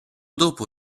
dopo